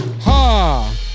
Ha